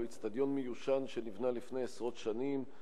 הוא איצטדיון מיושן שנבנה לפני עשרות שנים.